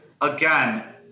again